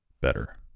better